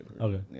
Okay